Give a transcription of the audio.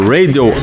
Radio